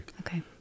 Okay